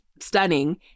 stunning